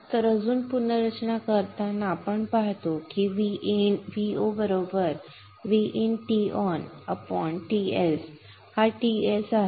तर अजून पुनर्रचना करताना आपण पाहतो की Vo Vin TonTs हा Ts आहे